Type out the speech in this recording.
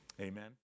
Amen